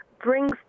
brings